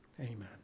amen